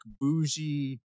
bougie